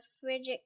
frigid